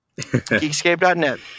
Geekscape.net